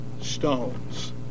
stones